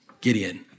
Gideon